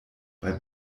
bei